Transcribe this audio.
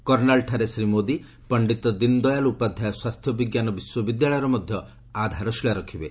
କର୍ଷାଲ୍ଠାରେ ଶ୍ରୀ ମୋଦି ପଶ୍ଡିତ ଦୀନ୍ ଦୟାଲ୍ ଉପାଧ୍ୟାୟ ସ୍ୱାସ୍ଥ୍ୟ ବିଜ୍ଞାନ ବିଶ୍ୱବିଦ୍ୟାଳୟର ମଧ୍ୟ ଆଧାର ଶିଳା ରଖିବେ